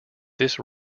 this